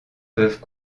peuvent